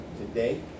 today